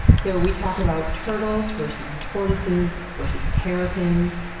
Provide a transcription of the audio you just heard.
so we talk about turtles versus tortoises versus terrapins,